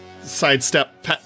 sidestep